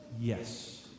Yes